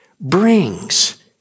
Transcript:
brings